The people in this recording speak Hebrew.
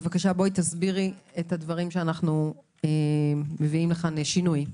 בבקשה תסבירי את הדברים שאנו מביאים לכאן שינוי.